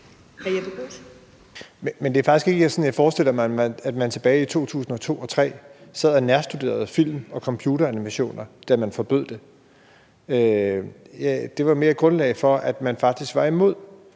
Men det er ikke sådan, at jeg forestiller mig, at man tilbage i 2002 og 2003 faktisk sad og nærstuderede film og computeranimationer, da man forbød det. Det var mere et grundlag for, at man faktisk var imod